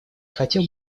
хотел